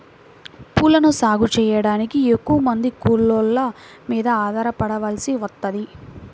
పూలను సాగు చెయ్యడానికి ఎక్కువమంది కూలోళ్ళ మీద ఆధారపడాల్సి వత్తది